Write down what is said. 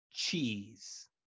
Cheese